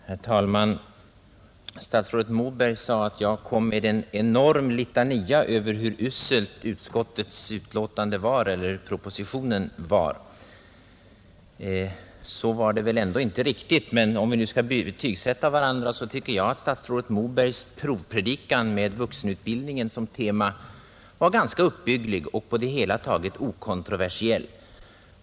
Herr talman! Statsrådet Moberg sade att jag kom med en enorm litania över hur usel propositionen var. Så var det väl ändå inte riktigt. Men om vi nu skall betygsätta varandra så tycker jag att statsrådet Mobergs provpredikan med vuxenutbildningen som tema var ganska uppbygglig och på det hela taget okontroversiell.